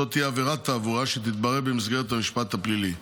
זאת תהיה עבירת תעבורה שתתברר במסגרת המשפט הפלילי,